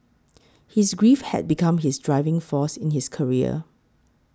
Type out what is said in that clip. his grief had become his driving force in his career